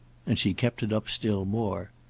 and she kept it up still more.